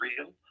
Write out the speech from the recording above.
real